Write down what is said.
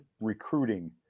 recruiting